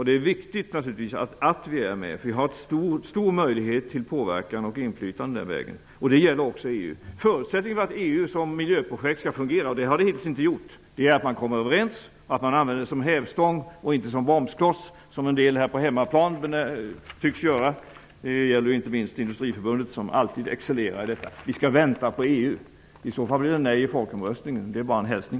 Det är naturligtvis viktigt att vi är med. Vi har stora möjligheter till påverkan den vägen, också i EU. Förutsättningen för att EU i fråga om miljöprojekt skall fungera -- det har det hittills inte gjort -- är att man kommer överens, använder det som hävstång och inte som bromskloss, som en del här på hemmaplan tycks göra. Det gäller inte minst Industriförbundet, som alltid excellerar i detta och säger att vi skall vänta på EU. I så fall blir det nej i folkomröstningen, det är bara en hälsning.